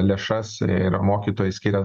lėšas ir mokytojai skiria